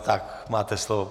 Tak máte slovo.